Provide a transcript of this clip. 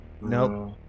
Nope